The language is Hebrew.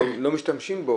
לא משתמשים בו